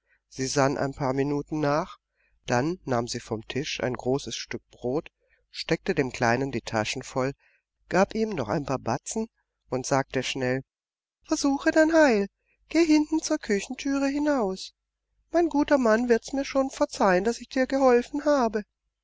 sie sann ein paar minuten nach dann nahm sie vom tisch ein großes stück brot steckte dem kleinen die taschen voll gab ihm noch ein paar batzen und sagte schnell versuche dein heil geh hinten zur küchentüre hinaus mein guter mann wird mir's schon verzeihen daß ich dir geholfen habe